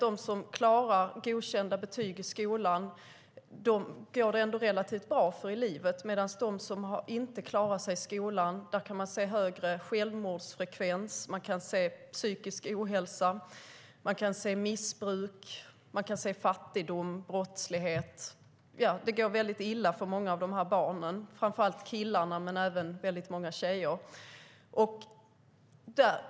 De som klarar godkända betyg i skolan går det ändå relativt bra för i livet. Men bland dem som inte klarar sig i skolan kan man se högre självmordsfrekvens, psykisk ohälsa, missbruk, fattigdom och brottslighet. Det går alltså väldigt illa för många av de här barnen, framför allt killarna men även väldigt många tjejer.